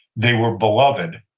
they were beloved,